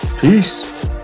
Peace